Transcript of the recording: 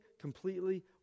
completely